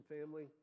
family